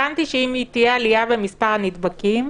הבנתי שאם תהיה עלייה במספר הנדבקים,